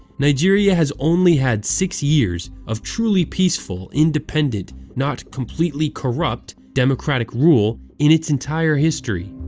nigeria has only had six years of truly peaceful, independent not completely corrupt democratic rule in its entire history.